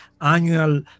annual